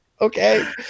Okay